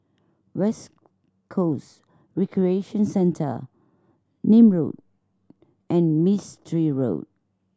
West Coast Recreation Centre Nim Road and Mistri Road